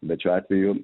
bet šiuo atveju